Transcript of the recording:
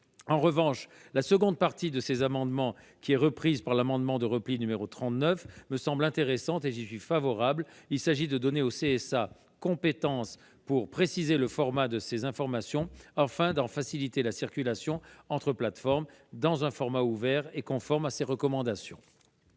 En revanche, la seconde partie de ces amendements, qui est reprise dans l'amendement de repli n° 39, me semble intéressante, et j'y suis favorable : il s'agit de donner au CSA compétence pour préciser le format de ces informations afin d'en faciliter la circulation entre plateformes, dans un format ouvert et conforme à ses recommandations.